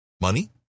Money